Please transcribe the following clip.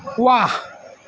ৱাহ